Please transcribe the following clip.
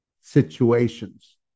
situations